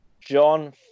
John